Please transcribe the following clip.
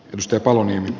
mustepalonen